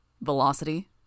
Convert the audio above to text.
Velocity